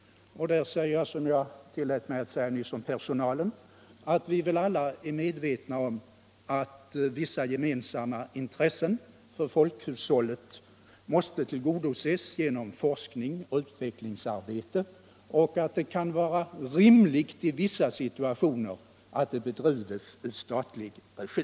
Jag vill säga detsamma som jag tillät mig säga nyss om personalen, att vi väl alla är medvetna om att vi här hanterar viktiga problem. Vissa gemensamma intressen för folkhushåttet måste tillgodoses genom forskning och utvecklingsarbote. och det kan vara rimligt i vissa situationer att sådant bedrivs i statlig regi.